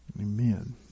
Amen